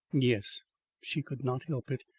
yes she could not help it.